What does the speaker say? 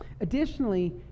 Additionally